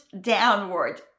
downward